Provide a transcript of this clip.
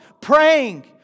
praying